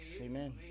Amen